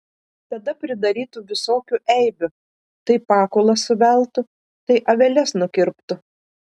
tada pridarytų visokių eibių tai pakulas suveltų tai aveles nukirptų